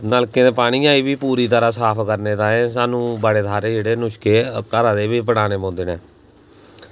नलकें दे पानी अजेजें बी पूरी तरह साफ करने ताहीं सानूं बड़े सारे जेह्ड़े नुशके घरै दे बी अपनाना पौंदे न